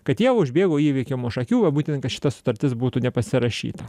kad jie užbėgo įvykiam už akių va būtent kad šita sutartis būtų nepasirašyta